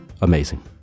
Amazing